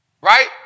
right